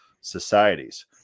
societies